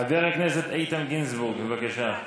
חבר הכנסת איתן גינזבורג, בבקשה.